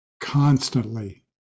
constantly